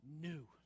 new